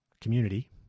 community